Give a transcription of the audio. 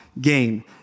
gain